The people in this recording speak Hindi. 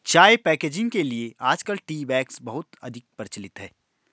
चाय पैकेजिंग के लिए आजकल टी बैग्स बहुत अधिक प्रचलित है